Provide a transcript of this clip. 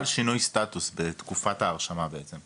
חל שינוי סטטוס בתקופת ההרשמה, בעצם.